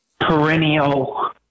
perennial